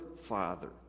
Father